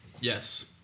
Yes